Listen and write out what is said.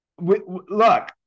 look